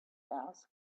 asked